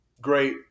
great